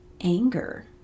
anger